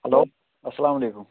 hello اَلسلامُ علیکُم